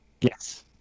Yes